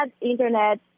internet